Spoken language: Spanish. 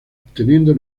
obteniendo